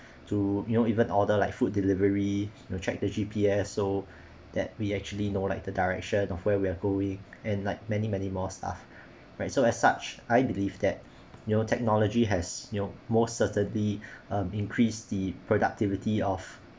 to you know even order like food delivery to check the G_P_S so that we actually know like the direction of where we are going and like many many more ah so as such I believe that you know technology has you know most certainly um increase the productivity of